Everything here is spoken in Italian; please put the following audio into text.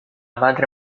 madre